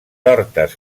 hortes